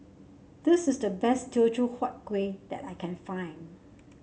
this is the best Teochew Huat Kueh that I can find